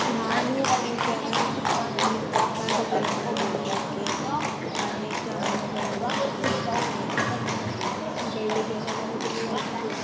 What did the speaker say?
ನಾನು ಈ ಥರ ಈ ತರಕಾರಿಗಳನ್ನ ಬೆಳೀಲಿಕ್ಕೆ ಅನೇಕ ಹಣ್ಣುಗಳನ್ನ ಬೆಳೀಲಿಕ್ಕೆ ಬಳ್ಳಿಗಳನ್ನು ಬೆಳೀಲಿಕ್ಕೆ